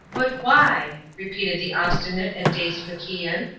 but why? repeated the obstinate and dazed macian,